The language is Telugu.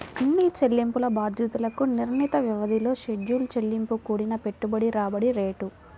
అన్ని చెల్లింపు బాధ్యతలకు నిర్ణీత వ్యవధిలో షెడ్యూల్ చెల్లింపు కూడిన పెట్టుబడి రాబడి రేటు